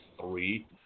three